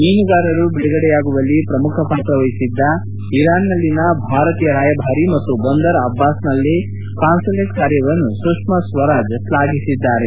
ಮೀನುಗಾರರು ಬಿಡುಗಡೆಯಾಗುವಲ್ಲಿ ಪ್ರಮುಖ ಪಾತ್ರ ವಹಿಸಿದ್ದ ಇರಾನ್ನಲ್ಲಿನ ಭಾರತೀಯ ರಾಯಭಾರಿ ಮತ್ತು ಬಂದರ್ ಅಬ್ಲಾಸ್ನಲ್ಲಿ ಕಾನ್ಸಲೇಟ್ ಕಾರ್ಯವನ್ನು ಸುಷ್ನಾ ಸ್ವರಾಜ್ ಶ್ಲಾಘಿಸಿದ್ದಾರೆ